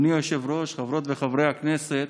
אדוני היושב-ראש, חברות וחברי הכנסת,